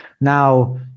Now